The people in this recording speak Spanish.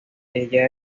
ella